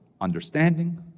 understanding